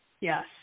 Yes